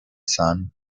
sun